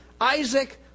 Isaac